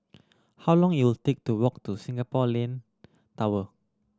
how long it'll take to walk to Singapore Land Tower